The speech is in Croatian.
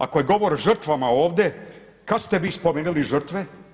Ako je govor žrtvama ovde, kad ste vi spomenuli žrtve.